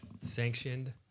Sanctioned